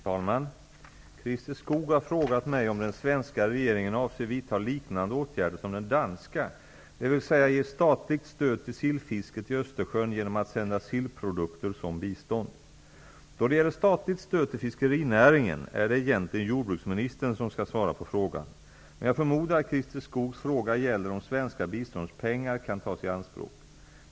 Fru talman! Christer Skoog har frågat mig om den svenska regeringen avser vidta liknande åtgärder som den danska, dvs. ge statligt stöd till sillfisket i Östersjön genom att sända sillprodukter som bistånd. Då det gäller statligt stöd till fiskerinäringen, är det egentligen jordbruksministern som skall svara på frågan. Men jag förmodar att Christer Skoogs fråga gäller om svenska biståndspengar kan tas i anspråk.